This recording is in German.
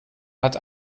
hat